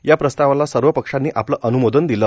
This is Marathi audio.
या प्रस्तावाला सर्व पक्षांनी आपलं अनुमोदन दिलं